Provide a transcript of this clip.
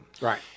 Right